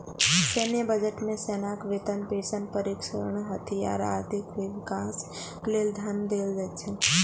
सैन्य बजट मे सेनाक वेतन, पेंशन, प्रशिक्षण, हथियार, आदिक विकास लेल धन देल जाइ छै